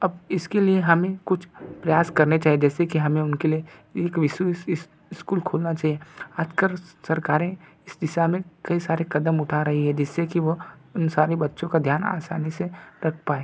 अब इसके लिए हमें कुछ प्रयास करने चाहिए जैसे कि हमें उन के लिए एक विशेष इस स्कूल खोलना चाहिए आजकल सरकारें इस दिशा में कई सारे कदम उठा रही हैं जिससे कि वो उन सारे बच्चों का ध्यान आसानी से रख पाएं